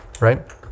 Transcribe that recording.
right